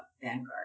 Vanguard